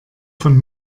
von